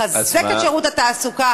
לחזק את שירות התעסוקה